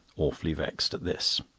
awfully vexed at this.